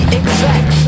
exact